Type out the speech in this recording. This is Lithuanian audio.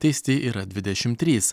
teisti yra dvidešimt trys